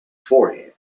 forehead